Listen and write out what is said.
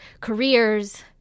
careers